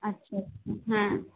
আচ্ছা হ্যাঁ